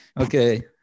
Okay